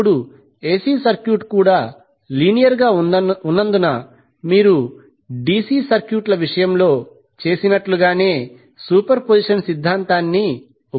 ఇప్పుడు AC circuit కూడా linear గా ఉన్నందున మీరు డిసి సర్క్యూట్ల విషయంలో చేసినట్లుగానే సూపర్పొజిషన్ సిద్ధాంతాన్ని ఉపయోగించుకోవచ్చు